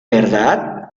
verdad